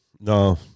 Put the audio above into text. No